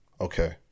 Okay